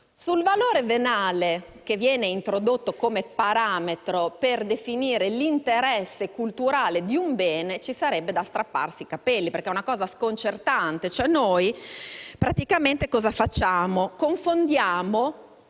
Sul valore venale che viene introdotto come parametro per definire l'interesse culturale di un bene ci sarebbe da strapparsi i capelli, perché è una cosa sconcertante. Che cosa facciamo